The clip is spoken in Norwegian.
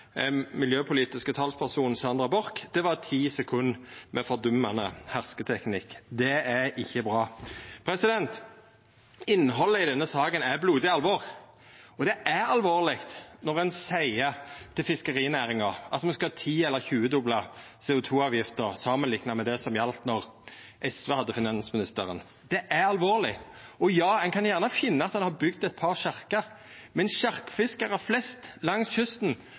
miljøpolitiske talsperson, Sandra Borch. Det var ti sekund med fordummande hersketeknikk. Det er ikkje bra. Innhaldet i denne saka er blodig alvor. Og det er alvorleg når ein seier til fiskerinæringa at me skal ti- eller tjuedobla CO 2 -avgifta samanlikna med det som gjaldt då SV hadde finansministeren. Det er alvorleg. Ein kan gjerne finna at ein har bygd eit par sjarkar, men sjarkfiskarar flest langs kysten